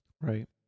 Right